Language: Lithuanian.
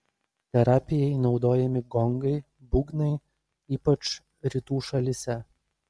terapijai naudojami gongai būgnai ypač rytų šalyse